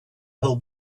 hold